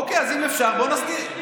אוקיי, אז אם אפשר, בוא נסדיר.